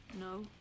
no